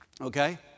okay